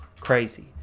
crazy